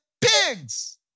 pigs